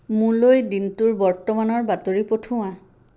মোলৈ দিনটোৰ বৰ্তমানৰ বাতৰি পঠিওৱা